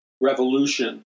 revolution